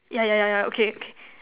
yeah yeah yeah yeah okay okay